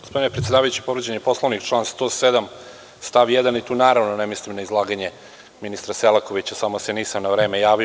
Gospodine predsedavajući, povređen je Poslovnik, član 107. stav 1. i tu naravno ne mislim na izlaganje ministra Selakovića, samo se nisam na vreme javio.